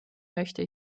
möchte